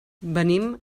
venim